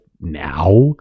Now